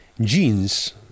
genes